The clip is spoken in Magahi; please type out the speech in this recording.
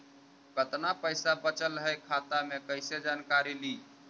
कतना पैसा बचल है खाता मे कैसे जानकारी ली?